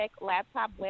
laptop